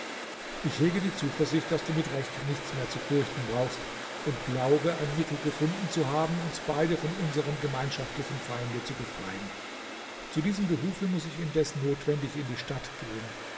ich hege die zuversicht daß du mit recht nichts mehr zu fürchten brauchst und glaube ein mittel gefunden zu haben uns beide von unserem gemeinschaftlichen feinde zu befreien zu diesem behufe muß ich indes notwendig in die stadt gehen